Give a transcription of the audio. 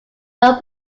long